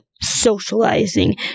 socializing